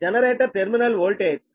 generator terminal voltage 12